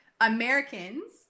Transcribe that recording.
Americans